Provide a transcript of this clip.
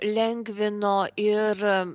lengvino ir